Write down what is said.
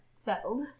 Settled